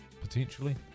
potentially